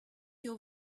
your